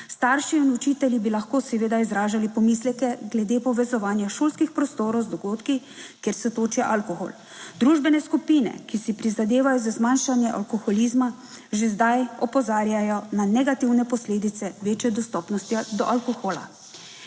Starši in učitelji bi lahko seveda izražali pomisleke glede povezovanja šolskih prostorov z dogodki, kjer se toči alkohol. Družbene skupine, ki si prizadevajo za zmanjšanje alkoholizma, že zdaj opozarjajo na negativne posledice večje dostopnosti do alkohola.